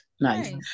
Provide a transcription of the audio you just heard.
Nice